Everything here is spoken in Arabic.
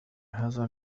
هذا